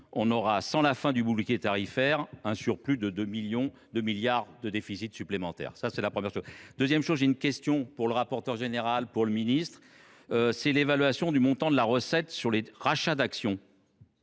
on aura sans la fin du bouclier tarifaire, un surplus de 2 millions, 2 milliards de déficit supplémentaire. Ça c'est la première chose. Deuxième chose, j'ai une question pour le rapporteur général, pour le ministre. C'est l'évaluation du montant de la recette sur les rachats d'actions.